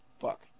Fuck